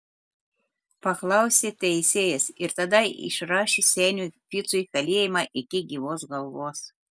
paklausė teisėjas ir tada išrašė seniui ficui kalėjimą iki gyvos galvos